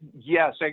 yes